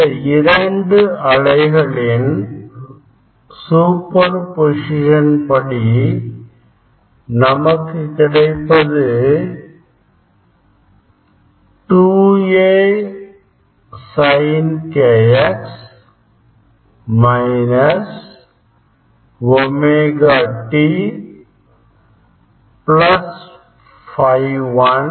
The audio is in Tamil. இந்த இரண்டு அலைகளின் சூப்பர் பொசிசன் படி நமக்கு கிடைப்பது 2A sinkx minus omega t plus Φ 1